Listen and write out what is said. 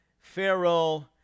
Pharaoh